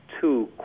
two